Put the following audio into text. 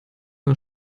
nur